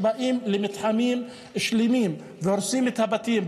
באים למתחמים שלמים והורסים את הבתים,